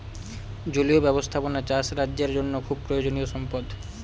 জলীয় ব্যাবস্থাপনা চাষ রাজ্যের জন্য খুব প্রয়োজনীয়ো সম্পদ